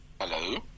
Hello